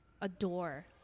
adore